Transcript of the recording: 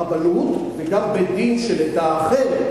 הרבנות וגם בית-דין של עדה אחרת.